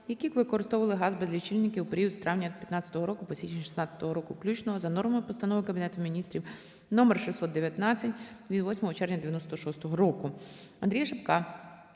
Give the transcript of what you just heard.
які використовували газ без лічильників у період з травня 2015 року по січень 2016 року включно, за нормами Постанови Кабінету Міністрів України № 619 від 8 червня 1996 року. Андрія Шипка